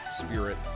spirit